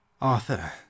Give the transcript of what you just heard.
Arthur